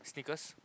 sneakers